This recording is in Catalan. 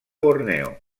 borneo